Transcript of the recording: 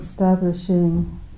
Establishing